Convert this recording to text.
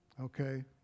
Okay